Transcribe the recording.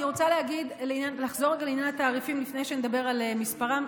אני רוצה לחזור רגע לעניין התעריפים לפני שנדבר על מספרם.